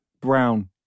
Brown